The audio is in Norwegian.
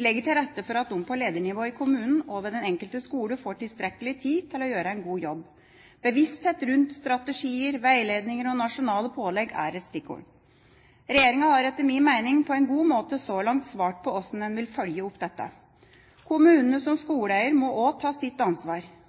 legger til rette for at de på ledernivå i kommunene og ved den enkelte skole får tilstrekkelig tid til å gjøre en god jobb. Bevissthet rundt strategier, veiledninger og nasjonale pålegg er et stikkord. Regjeringa har etter min mening på en god måte så langt svart på hvordan de vil følge opp dette. Kommunene som skoleeier må også ta sitt ansvar.